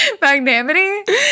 magnanimity